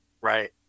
Right